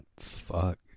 fuck